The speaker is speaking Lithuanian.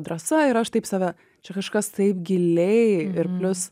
drąsa ir aš taip save čia kažkas tai giliai ir plius